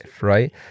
Right